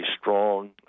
strong